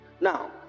Now